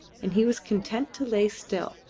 and he was content to lay still,